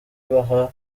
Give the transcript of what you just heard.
baha